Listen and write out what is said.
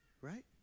Right